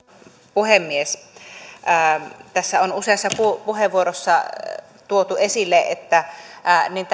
puhemies tässä on useassa puheenvuorossa tuotu esille että niin